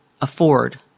afford